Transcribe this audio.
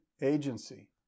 agency